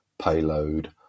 payload